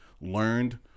learned